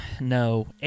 no